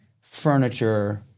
furniture